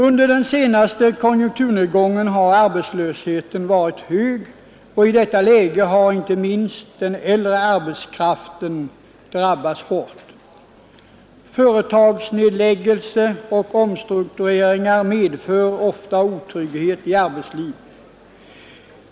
Under den senaste konjunkturnedgången har arbetslösheten varit hög, och i detta läge har inte minst den äldre arbetskraften drabbats hårt. Företagsnedläggelser och omstruktureringar medför ofta otrygghet i arbetslivet.